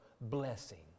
blessing